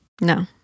No